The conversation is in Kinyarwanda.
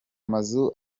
mazu